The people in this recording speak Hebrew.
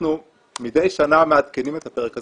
אנחנו מדי שנה מעדכנים את הפרק הזה,